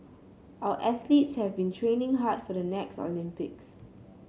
our athletes have been training hard for the next Olympics